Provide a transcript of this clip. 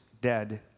dead